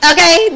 Okay